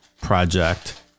project